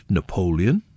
Napoleon